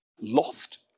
lost